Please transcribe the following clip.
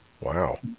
Wow